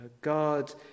God